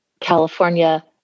California